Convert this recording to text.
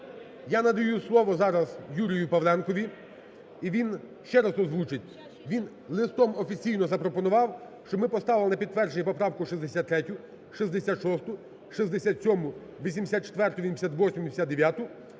Я надаю слово зараз Юрію Павленкові і він ще раз озвучить. Він листом офіційно запропонував, щоб ми поставили на підтвердження поправку 63-ю, 66-у, 67-у, 84-у,